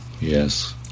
yes